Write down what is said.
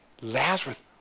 Lazarus